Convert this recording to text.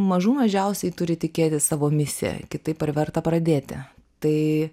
mažų mažiausiai turi tikėti savo misija kitaip ar verta pradėti tai